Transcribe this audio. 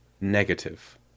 negative